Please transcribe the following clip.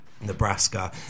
Nebraska